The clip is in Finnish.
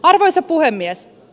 arvoisa puhemies